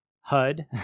HUD